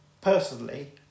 personally